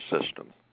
system